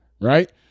Right